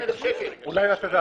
40 אלף שקל מה קרה?